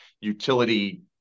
utility